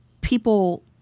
people